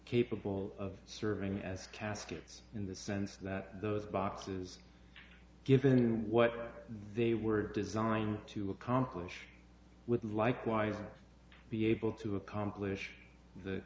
capable of serving as a casket in the sense that those boxes given what they were designed to accomplish with like wives be able to accomplish the